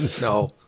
No